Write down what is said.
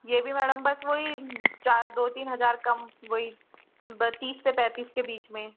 यह भी मैडम बस वही चार दो तीन हजार कम वही बस तीस से पैंतीस के बीच में